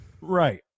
right